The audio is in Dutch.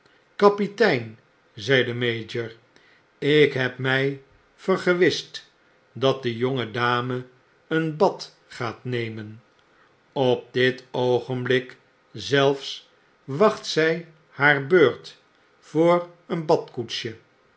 kapitein zei de mayor ik heb mg vergewist dat de jonge dame een bad gaat nemen op dit oogenblik zelfs wacht zjj haar beurt voor een badkoetsje